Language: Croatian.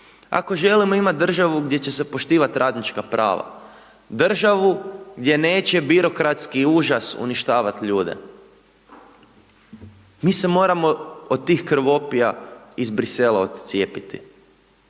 ako želimo imati državu gdje će se poštivati radnička prava, državu, gdje neće birokratski užas uništavati ljude, mi se moramo od tih krvopija iz Bruxellesa odcijepiti.